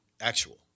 actual